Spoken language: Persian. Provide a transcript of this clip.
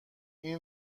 این